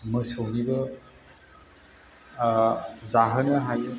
मोसौनिबो जाहोनो हायो